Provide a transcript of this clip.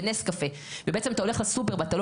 של נס קפה; ובעצם אתה הולך לסופר ואתה לא